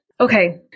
Okay